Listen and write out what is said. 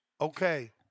Okay